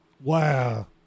Wow